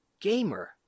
gamer